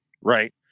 Right